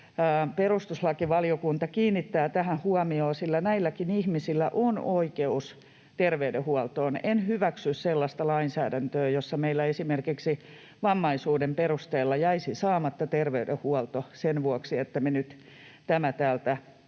perustuslakivaliokunta kiinnittää tähän huomiota, sillä näilläkin ihmisillä on oikeus terveydenhuoltoon. En hyväksy sellaista lainsäädäntöä, jossa meillä esimerkiksi vammaisuuden perusteella jäisi saamatta terveydenhuolto sen vuoksi, että me nyt tämä täältä